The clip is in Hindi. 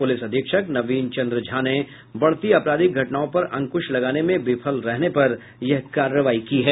पुलिस अधीक्षक नवीन चंद्र झा ने बढ़ती आपराधिक घटनाओं पर अंक्श लगाने में विफल रहने पर यह कार्रवाई की है